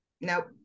Nope